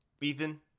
Ethan